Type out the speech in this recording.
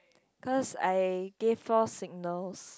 cause I gave false signals